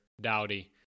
Dowdy